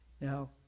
Now